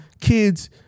kids